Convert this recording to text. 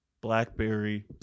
blackberry